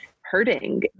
hurting